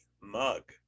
mug